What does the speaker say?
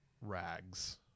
rags